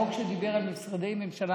החוק שדיבר על משרדי ממשלה,